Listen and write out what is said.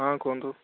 ହଁ କୁହନ୍ତୁ